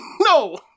No